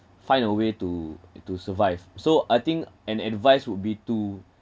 find a way to to survive so I think an advice would be to